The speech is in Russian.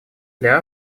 для